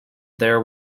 there